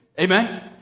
Amen